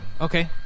okay